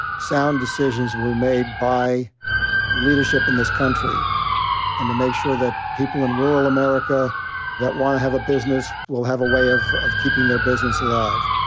sound decisions will be made by leadership in this country and to make sure that people in rural america that wanna have a business will have a way of of keeping their business alive.